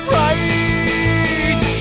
right